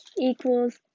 equals